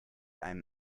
einem